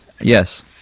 Yes